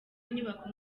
inyubako